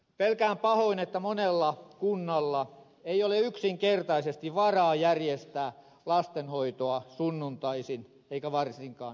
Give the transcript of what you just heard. pelkään pahoin että monella kunnalla ei ole yksinkertaisesti varaa järjestää lastenhoitoa sunnuntaisin eikä varsinkaan yöaikaan